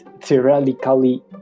theoretically